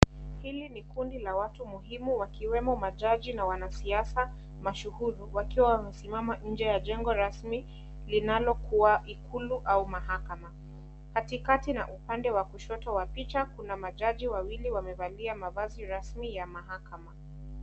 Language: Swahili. Hili ni kundi la watu muhimu wakiwemo majaji na wanasiasa mashuhuru, wakiwa wamesimama kwa jengo rasmi linalokua ikulu au mahakama. Katikati na upande wa kushoto wa picha, kuna majaji wawili wamevalia mavazi rasmi ya mahakama.